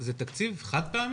זה תקציב חד פעמי?